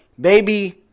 baby